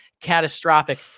catastrophic